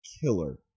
killer